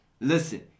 listen